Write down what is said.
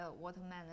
watermelon